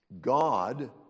God